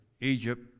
Egypt